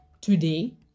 Today